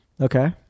Okay